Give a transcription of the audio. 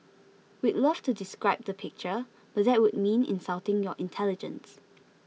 we'd love to describe the picture but that would mean insulting your intelligence